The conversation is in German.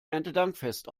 erntedankfest